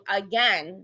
again